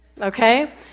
okay